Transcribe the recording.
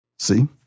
See